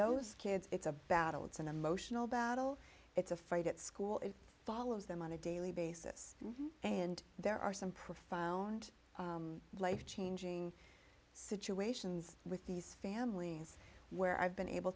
those kids it's a battle it's an emotional battle it's a fight at school it follows them on a daily basis and there are some profound life changing situations with these families where i've been able